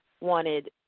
wanted